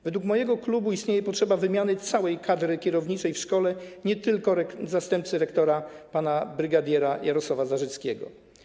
Według mojego klubu istnieje potrzeba wymiany całej kadry kierowniczej w szkole, nie tylko zastępcy rektora pana bryg. Jarosława Zarzyckiego.